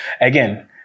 again